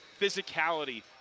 physicality